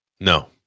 No